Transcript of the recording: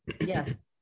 Yes